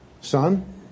Son